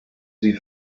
sie